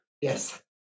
Yes